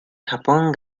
japón